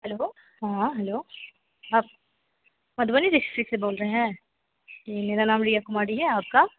hello हाँ hello आप Madhubani district से बोल रहे हैं मेरा नाम रिया कुमारी है आपका